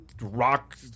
rock